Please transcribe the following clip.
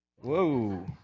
Whoa